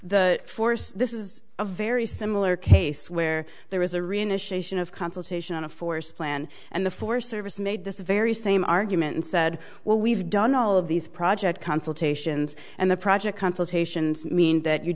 l force this is a very similar case where there is a real initiation of consultation on a forced plan and the forest service made this very same argument and said well we've done all of these project consultations and the project consultations mean that you